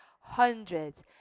hundreds